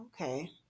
Okay